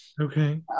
Okay